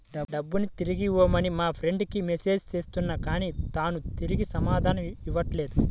డబ్బుని తిరిగివ్వమని మా ఫ్రెండ్ కి మెసేజ్ చేస్తున్నా కానీ తాను తిరిగి సమాధానం ఇవ్వట్లేదు